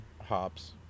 hops